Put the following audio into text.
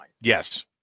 Yes